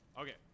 Okay